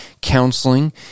counseling